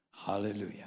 Hallelujah